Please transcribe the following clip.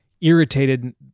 irritated